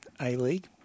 A-League